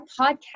podcast